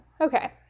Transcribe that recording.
Okay